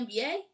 NBA